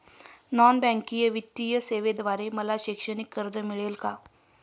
Non banking वित्तीय सेवेद्वारे मला शैक्षणिक कर्ज मिळेल का?